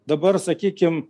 dabar sakykim